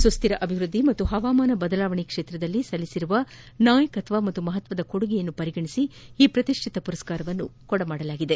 ಸುಶ್ಧಿರ ಅಭಿವೃದ್ಧಿ ಮತ್ತು ಪವಾಮಾನ ಬದಲಾವಣೆ ಕ್ಷೇತ್ರದಲ್ಲಿ ಸಲ್ಲಿಸಿದ ನಾಯಕತ್ವ ಮತ್ತು ಮಪತ್ತರ ಕೊಡುಗೆ ಪರಿಗಣಿಸಿ ಈ ಪ್ರತಿಷ್ಠಿತ ಪ್ರಶಸ್ತಿ ನೀಡಲಾಗಿದೆ